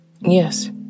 Yes